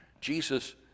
Jesus